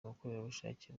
abakorerabushake